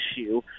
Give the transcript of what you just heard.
issue